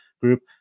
group